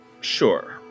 Sure